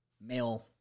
male